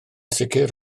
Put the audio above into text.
sicr